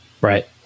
Right